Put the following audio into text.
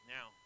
Now